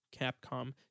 Capcom